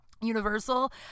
universal